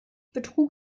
betrug